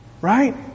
Right